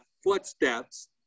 Footsteps